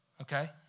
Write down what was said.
okay